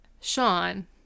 Sean